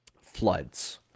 Floods